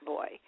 Boy